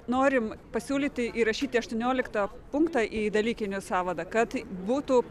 norim pasiūlyti įrašyti aštuonioliktą punktą į dalykinį sąvadą kad būtų